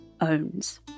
owns